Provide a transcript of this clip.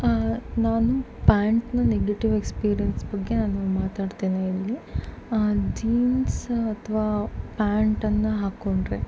ನಾನು ಪ್ಯಾಂಟ್ನ negative experience ಬಗ್ಗೆ ನಾನು ಮಾತಾಡ್ತೇನೆ ಇಲ್ಲಿ ಜೀನ್ಸ್ ಅಥವಾ ಪ್ಯಾಂಟನ್ನು ಹಾಕ್ಕೊಂಡ್ರೆ